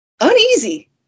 uneasy